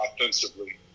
offensively